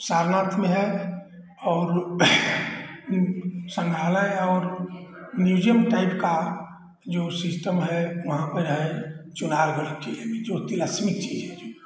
सारनाथ में है और वो संग्रहालय और म्यूज़ीअम टाइप का जो सिस्टम है वहाँ पर है चुनार जो तिलस्मी चीज है जो